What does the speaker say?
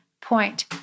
point